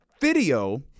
video